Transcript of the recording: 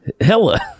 Hella